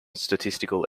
statistical